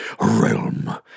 realm